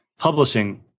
publishing